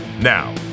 Now